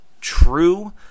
true